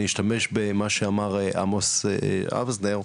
אני אשתמש במה שאמר עמוס האוזנר,